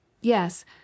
Yes